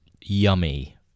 yummy